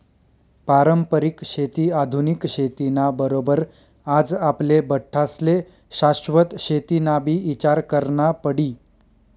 पारंपरिक शेती आधुनिक शेती ना बरोबर आज आपले बठ्ठास्ले शाश्वत शेतीनाबी ईचार करना पडी